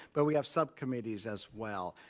but we have subcommittees as well,